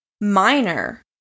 Minor